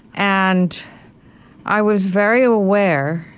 and i was very aware,